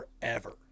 forever